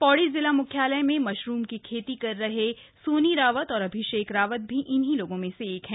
पौड़ी जिला म्ख्यालय में मशरूम की खेती कर रहे सोनी रावत और अभिषेक रावत भी इन्हीं में से एक हैं